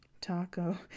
taco